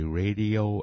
radio